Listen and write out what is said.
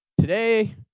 today